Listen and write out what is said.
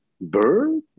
Bird